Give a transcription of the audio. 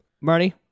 Marty